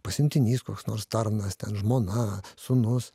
pasiuntinys koks nors tarnas ten žmona sūnus